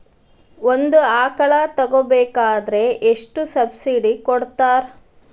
ಒಂದು ಆಕಳ ತಗೋಬೇಕಾದ್ರೆ ಎಷ್ಟು ಸಬ್ಸಿಡಿ ಕೊಡ್ತಾರ್?